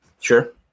Sure